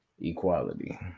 equality